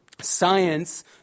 Science